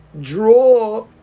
draw